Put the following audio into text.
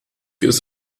ist